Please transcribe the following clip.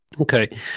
Okay